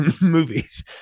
movies